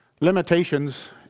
limitations